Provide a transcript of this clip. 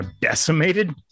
decimated